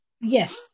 Yes